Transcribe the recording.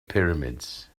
pyramids